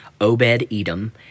Obed-Edom